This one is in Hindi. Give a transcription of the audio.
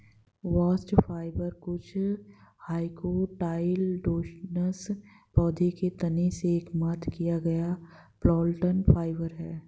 बास्ट फाइबर कुछ डाइकोटाइलडोनस पौधों के तने से एकत्र किया गया प्लांट फाइबर है